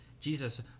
Jesus